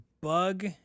Bug